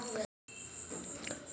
कृषि विशेषज्ञ के बारे मा कुछु बतावव?